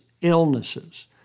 illnesses